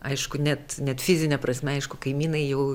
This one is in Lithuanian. aišku net net fizine prasme aišku kaimynai jau